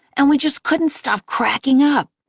and we just couldn't stop cracking up.